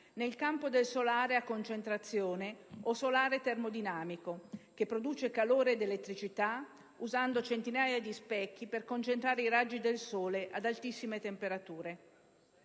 nel campo del solare a concentrazione o solare termodinamico, che produce calore ed elettricità usando centinaia di specchi per concentrare i raggi del sole ad altissime temperature.